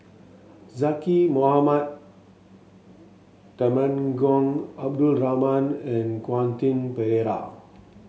Zaqy Mohamad Temenggong Abdul Rahman and Quentin Pereira